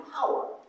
power